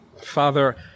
Father